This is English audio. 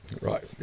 Right